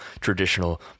traditional